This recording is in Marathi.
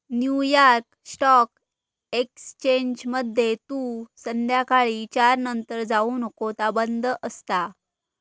न्यू यॉर्क स्टॉक एक्सचेंजमध्ये तू संध्याकाळी चार नंतर जाऊ नको ता बंद असता